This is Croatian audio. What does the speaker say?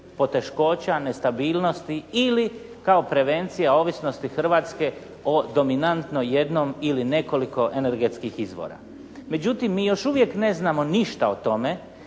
poteškoća, nestabilnosti ili kao prevencija ovisnosti Hrvatske o dominantno jednom ili nekoliko energetskih izvora. Međutim, mi još uvijek ne znamo ništa o tome